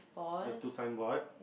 the two signboard